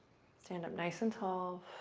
standing nice and tall.